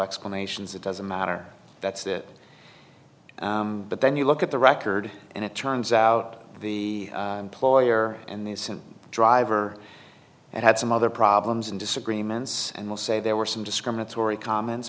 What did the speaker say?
explanations it doesn't matter that's it but then you look at the record and it turns out the employer and the driver and had some other problems and disagreements and will say there were some discriminatory comments